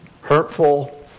hurtful